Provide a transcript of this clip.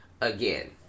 again